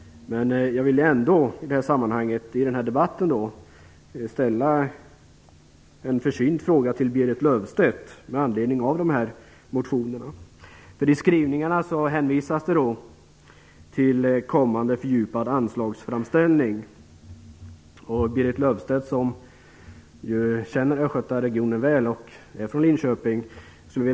Men jag vill ändå i detta sammanhang ställa en försynt fråga till Berit Löfstedt med anledning av motionerna. Det hänvisas nämligen i skrivningarna till en kommande fördjupad anslagsframställning. Berit Löfstedt känner ju väl till Östgötaregionen och kommer från Linköping.